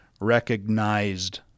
recognized